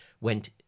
went